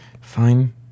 Fine